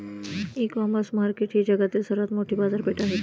इ commerce market ही जगातील सर्वात मोठी बाजारपेठ आहे का?